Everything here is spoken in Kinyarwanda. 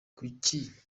kuki